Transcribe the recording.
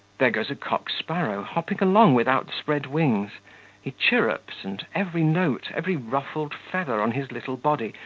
there goes a cock-sparrow, hopping along with outspread wings he chirrups, and every note, every ruffled feather on his little body,